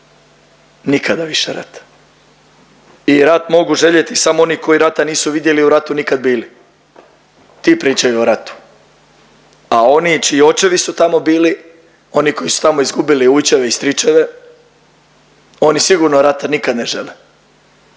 nikada više rata i rat mogu željeti samo oni koji rata nisu vidjeli i u ratu nikad bili, ti pričaju o ratu, a oni čiji očevi su tamo bili, oni koji su tamo izgubili ujčeve i stričeve, oni sigurno rata nikad ne žele.